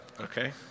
okay